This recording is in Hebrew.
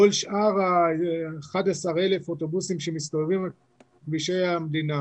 כל שאר 11,000 אוטובוסים שמסתובבים בכבישי המדינה